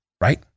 right